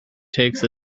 takes